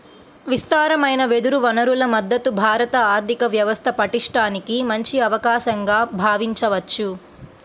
విస్తారమైన వెదురు వనరుల మద్ధతు భారత ఆర్థిక వ్యవస్థ పటిష్టానికి మంచి అవకాశంగా భావించవచ్చు